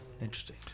Interesting